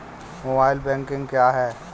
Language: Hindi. मोबाइल बैंकिंग क्या है?